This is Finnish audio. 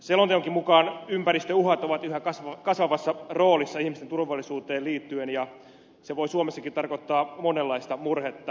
selonteonkin mukaan ympäristöuhat ovat yhä kasvavassa roolissa ihmisten turvallisuuteen liittyen ja se voi suomessakin tarkoittaa monenlaista murhetta